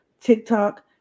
TikTok